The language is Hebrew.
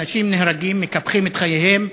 אנשים נהרגים, מקפחים את חייהם,